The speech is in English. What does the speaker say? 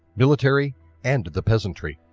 military and the peasantry.